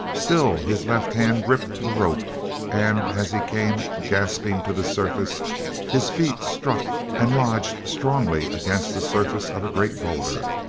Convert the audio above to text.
still his left hand gripped the rope and as he came gasping to the surface his feet struck and lodged strongly against the surface of a great boulder.